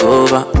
over